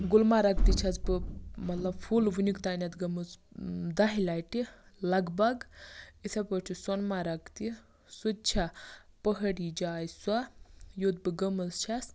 گُلمَرگ تہِ چھس بہٕ مَطلَب فُل وُنِیُک تامَتھ گٔمٕژ دَہہِ لَٹہِ لَگ بَگ یِتھَے پٲٹھۍ چھِ سۄنہٕ مرٕگ تہِ سُہ تہِ چھےٚ پہٲڑی جاے سۄ یوٚت بہٕ گٔمٕژ چھس